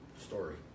story